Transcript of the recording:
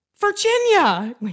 virginia